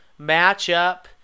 matchup